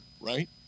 right